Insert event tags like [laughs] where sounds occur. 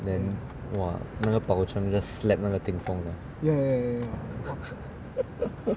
then !wah! 那个 bao cheng just slap 那个 ting feng ah [laughs]